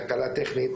תקלה טכנית